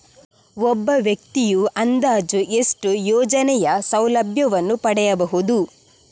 ಒಬ್ಬ ವ್ಯಕ್ತಿಯು ಅಂದಾಜು ಎಷ್ಟು ಯೋಜನೆಯ ಸೌಲಭ್ಯವನ್ನು ಪಡೆಯಬಹುದು?